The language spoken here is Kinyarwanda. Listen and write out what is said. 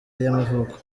y’amavuko